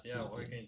siao